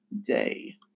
day